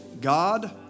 God